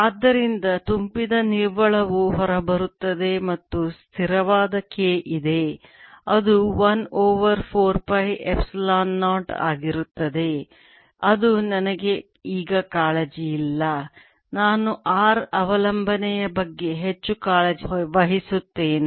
ಆದ್ದರಿಂದ ತುಂಬಿದ ನಿವ್ವಳವು ಹೊರಬರುತ್ತದೆ ಮತ್ತು ಸ್ಥಿರವಾದ k ಇದೆ ಅದು 1 ಓವರ್ 4 ಪೈ ಎಪ್ಸಿಲಾನ್ 0 ಆಗಿರುತ್ತದೆ ಅದು ನಮಗೆ ಈಗ ಕಾಳಜಿಯಿಲ್ಲ ನಾನು r ಅವಲಂಬನೆಯ ಬಗ್ಗೆ ಹೆಚ್ಚು ಕಾಳಜಿ ವಹಿಸುತ್ತೇನೆ